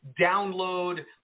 download